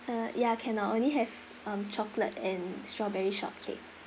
uh ya cannot only have um chocolate and strawberry shortcake